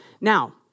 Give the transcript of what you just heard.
Now